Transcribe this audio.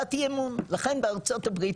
בהצבעת אי אמון, לכן בארצות הברית